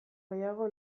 gehiago